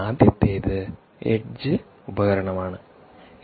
ആദ്യത്തേത് എഡ്ജ് ഉപകരണം ആണ്